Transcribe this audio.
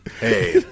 Hey